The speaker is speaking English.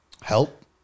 Help